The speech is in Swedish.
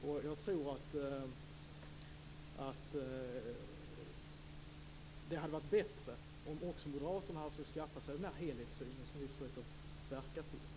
Jag tror att det hade varit bättre om också Moderaterna hade skaffat sig denna helhetssyn som vi försöker verka för.